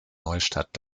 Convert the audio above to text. neustadt